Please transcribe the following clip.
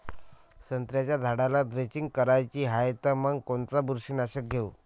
संत्र्याच्या झाडाला द्रेंचींग करायची हाये तर मग कोनच बुरशीनाशक घेऊ?